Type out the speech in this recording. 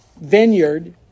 vineyard